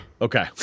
Okay